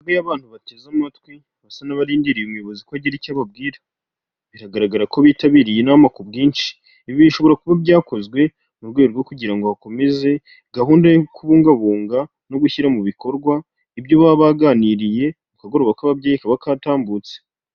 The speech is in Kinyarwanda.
Hariyo abantu bateze amatwi basa n'abarindiriye ubuyobozi ko agira icyo ababwira, biragaragara ko bitabiriye iy'inama ku bwinshi, ibi bishobora kuba byakozwe mu rwego rwo kugira ngo bakomeze gahunda yo kubungabunga no gushyira mu bikorwa ibyo baba baganiriye ku kagoroba k'ababyeyi kaba katambutse.